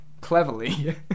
cleverly